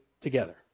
together